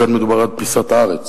כאן מדובר על פיסת ארץ